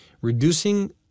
Reducing